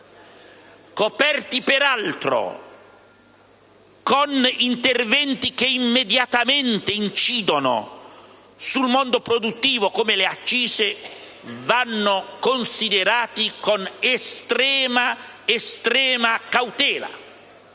coperti peraltro con interventi che incidono immediatamente sul mondo produttivo, come le accise, vanno considerati con estrema cautela.